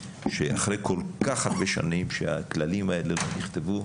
אחרי כל כך הרבה שנים שהכללים האלה לא נכתבו,